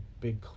big